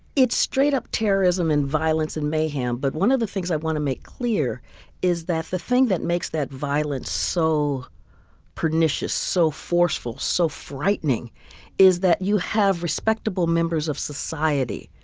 it's straight up terrorism and violence and mayhem, but one of the things i want to make clear is that the thing that makes that violence so pernicious, so forceful, so frightening is that you have respectable members of society